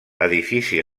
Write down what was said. edifici